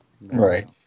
Right